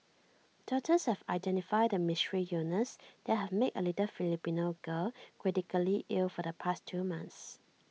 doctors have identified the mystery illness that has made A little Filipino girl critically ill for the past two months